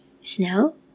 Snow